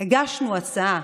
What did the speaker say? שהגשנו הצעה